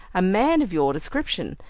a man of your description,